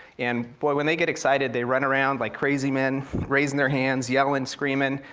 and when they get excited, they run around like crazy men, raising their hands, yelling, screaming,